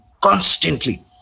Constantly